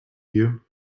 you